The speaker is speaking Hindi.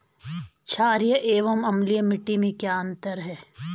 छारीय एवं अम्लीय मिट्टी में क्या अंतर है?